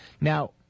Now